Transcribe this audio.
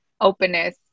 openness